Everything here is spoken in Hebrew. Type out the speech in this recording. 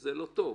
וזה לא טוב.